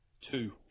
Two